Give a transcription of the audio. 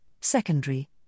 secondary